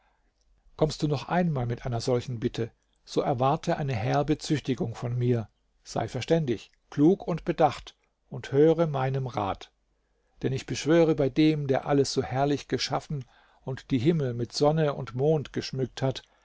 kommst du noch einmal mit einer solchen bitte so erwarte eine herbe züchtigung von mir sei verständig klug und bedacht und höre meinem rat denn ich beschwöre bei dem der alles so herrlich geschaffen und die himmel mit sonne und mond geschmückt hat